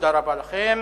תודה רבה לכם.